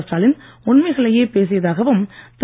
ஸ்டாலின் உண்மைகளையே பேசியதாகவும் திரு